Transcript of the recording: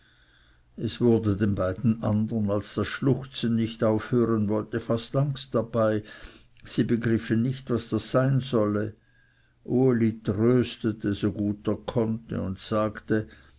es wurde den beiden andern als das schluchzen nicht aufhören wollte fast angst dabei sie begriffen nicht was das sein solle uli tröstete so gut er konnte und sagte